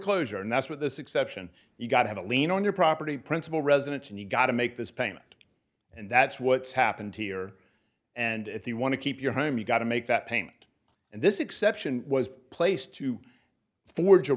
closure and that's what this exception you've got have a lien on your property principal residence and you've got to make this payment and that's what's happened here and if you want to keep your home you've got to make that payment and this exception was placed to forge a